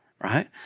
right